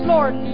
Lord